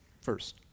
First